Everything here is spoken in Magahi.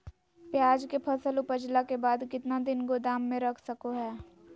प्याज के फसल उपजला के बाद कितना दिन गोदाम में रख सको हय?